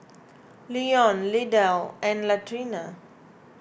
Leon Lydell and Latrina